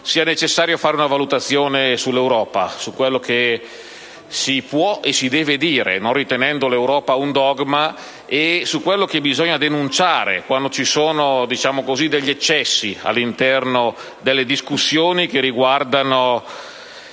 sia necessario fare una valutazione sull'Europa, su quello che si può e si deve dire, non ritenendo l'Europa un dogma, e su quello che bisogna denunciare quando ci sono, per così dire, degli eccessi all'interno delle discussioni che riguardano